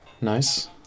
Nice